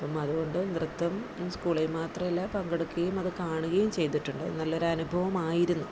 അപ്പം അതുകൊണ്ട് നൃത്തം സ്കൂളിൽ മാത്രമല്ല പങ്കെടുക്കുകയും അത് കാണുകയും ചെയ്തിട്ടുണ്ട് നല്ലൊരു അനുഭവമായിരുന്നു